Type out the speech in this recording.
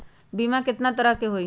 बीमा केतना तरह के होइ?